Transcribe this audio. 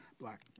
black